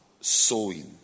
sowing